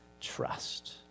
trust